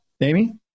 Amy